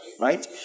Right